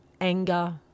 anger